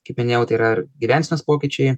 kaip minėjau tai yra ir gyvensenos pokyčiai